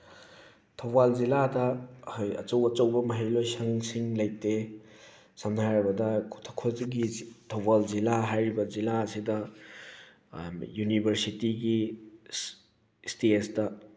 ꯊꯧꯕꯥꯜ ꯖꯤꯜꯂꯥꯗ ꯑꯩꯈꯣꯏ ꯑꯆꯧ ꯑꯆꯧꯕ ꯃꯍꯩ ꯂꯣꯏꯁꯪꯁꯤꯡ ꯂꯩꯇꯦ ꯁꯝꯅ ꯍꯥꯏꯔꯕꯗ ꯊꯧꯕꯥꯜ ꯖꯤꯜꯂꯥ ꯍꯥꯏꯔꯤꯕ ꯖꯤꯜꯂꯥ ꯑꯁꯤꯗ ꯌꯨꯅꯤꯕꯔꯁꯤꯇꯤꯒꯤ ꯏꯁꯇꯦꯖꯇ